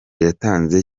yatanze